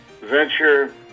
venture